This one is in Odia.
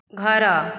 ଘର